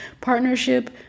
partnership